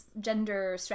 gender